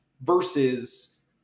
Versus